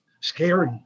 scary